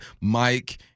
Mike